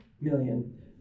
million